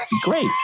Great